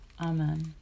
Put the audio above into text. Amen